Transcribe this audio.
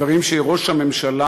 דברים שראש הממשלה